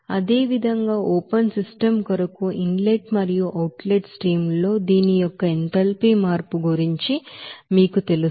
అదేవిధంగా open system కొరకు inlet మరియు అవుట్ లెట్ స్ట్రీమ్ ల్లో దీని యొక్క ఎంథాల్పీ మార్పు గురించి మీకు తెలుసు